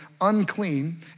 unclean